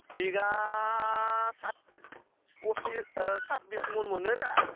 बिगा सात पसिस साब्बिस मन मोनोरा